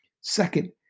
Second